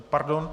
Pardon.